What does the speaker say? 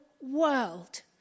world